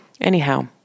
Anyhow